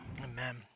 Amen